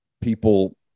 people